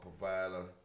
provider